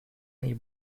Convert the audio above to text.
ayı